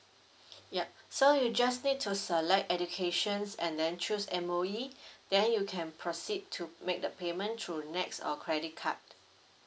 yup so you just need to select educations and then choose M_O_E then you can proceed to make the payment through nets or credit card